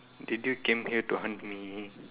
did you come here to hunt me